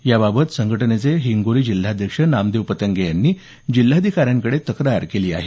याबाबत संघटनेचे हिंगोली जिल्हाध्यक्ष नामदेव पतंगे यांनी जिल्हाधिकाऱ्यांकडे तक्रार केली आहे